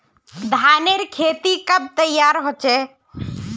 धानेर खेती कब तैयार होचे?